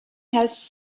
has